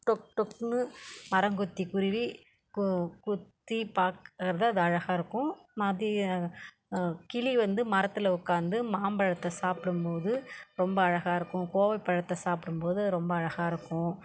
டொக்டொக்னு மரங்கொத்தி குருவி கு குத்தி பார்க்கறது அது அழகாக இருக்கும் மதிய கிளி வந்து மரத்தில் உட்காந்து மாம்பழத்தை சாப்பிடும் போது ரொம்ப அழகாக இருக்கும் கோவைப் பழத்தை சாப்பிடும் போது ரொம்ப அழகாக இருக்கும்